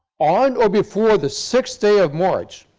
on or before the sixth day of march,